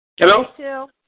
Hello